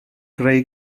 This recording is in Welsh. greu